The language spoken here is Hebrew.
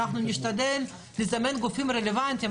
נשתדל לזמן גופים רלוונטיים.